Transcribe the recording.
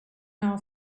our